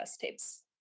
tapes